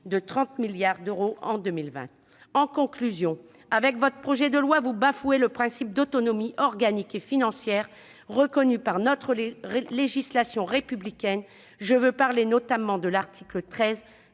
de 30 milliards d'euros en 2020. Avec votre projet de loi, vous bafouez le principe d'autonomie organique et financière reconnu par notre législation républicaine, je veux parler notamment de l'article 13